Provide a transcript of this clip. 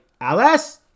Alice